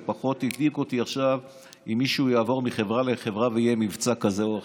ופחות הדאיג אותי אם מישהו יעבור מחברה לחברה ויהיה מבצע כזה או אחר.